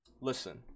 Listen